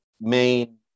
main